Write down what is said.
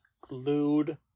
glued